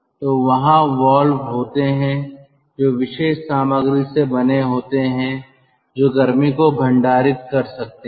तो वहां वाल्व होते हैं जो विशेष सामग्री से बने होते हैं जो गर्मी को भंडारित कर सकते हैं